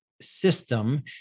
system